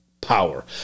power